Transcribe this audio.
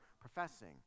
professing